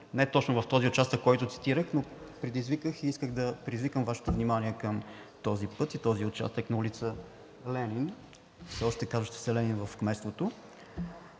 не точно в този участък, който цитирах, но исках да предизвикам Вашето внимание към този път и този участък на ул. „Ленин“ – все още казваща се „Ленин“ в кметството.